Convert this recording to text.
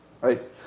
right